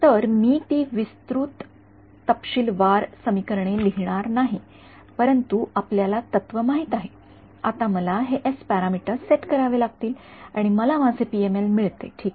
तर मी ती विस्तृत तपशीलवार समीकरणे लिहिणार नाही परंतु आपल्याला तत्त्व माहित आहे आता मला हे एस पॅरामीटर्स सेट करावे लागतील आणि मला माझे पीएमएल मिळते ठीक आहे